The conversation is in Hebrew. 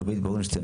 שלומית בורנשטיין,